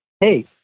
Hey